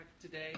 today